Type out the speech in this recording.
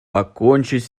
покончить